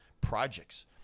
projects